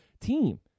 team